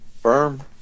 firm